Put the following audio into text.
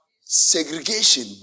segregation